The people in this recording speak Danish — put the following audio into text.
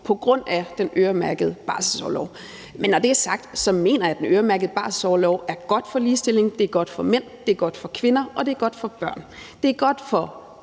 på grund af den øremærkede barselsorlov. Når det er sagt, mener jeg, at den øremærkede barselsorlov er god for ligestillingen. Det er godt for mænd, det er godt for kvinder, og det er godt for børn. Det er godt for